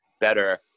better